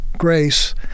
grace